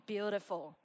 Beautiful